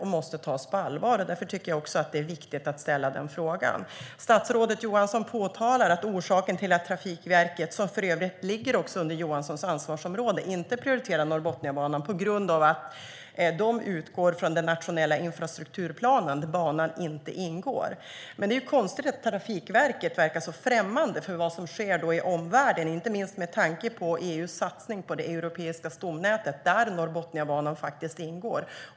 Det måste tas på allvar, och därför tycker jag att det är viktigt att ställa frågan. Statsrådet Johansson påpekar att orsaken till att Trafikverket, som för övrigt ligger under Johanssons ansvarsområde, inte prioriterar Norrbotniabanan är att de utgår från den nationella infrastrukturplanen, där banan inte ingår. Det är konstigt att Trafikverket verkar så främmande för vad som sker i omvärlden, inte minst med tanke på EU:s satsning på det europeiska stomnätet där Norrbotniabanan ingår.